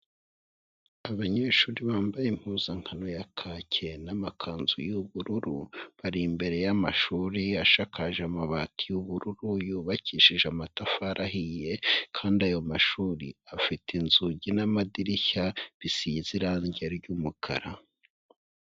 Abanyeshuri bambaye impuzankano ya kake n'amakanzu y'ubururu, bari imbere y'amashuri ashakaje amabati y'ubururu, yubakishije amatafari ahiye kandi ayo mashuri afite inzugi n'amadirishya bisize irangi ry'umukara.